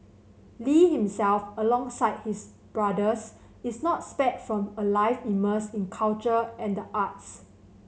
Lee himself alongside all his brothers is not spared from a life immersed in culture and the arts